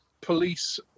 Police